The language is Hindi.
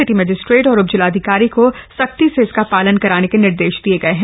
सिटी मजिस्ट्रेट और उपजिलाधिकारी को सख्ती से इसका पालन कराने के निर्देश दिये गए हैं